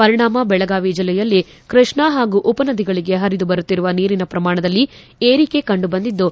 ಪರಿಣಾಮ ಬೆಳಗಾವಿ ಜಿಲ್ಲೆಯಲ್ಲಿ ಕೈಷ್ಣಾ ಹಾಗೂ ಉಪ ನದಿಗಳಿಗೆ ಹರಿದು ಬರುತ್ತಿರುವ ನೀರಿನ ಪ್ರಮಾಣದಲ್ಲಿ ಏರಿಕೆ ಕಂಡು ಬಂದಿದ್ದು